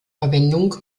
verwendung